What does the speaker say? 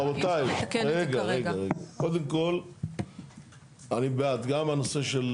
רבותיי, קודם כל אני בעד, גם הנושא של